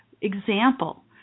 example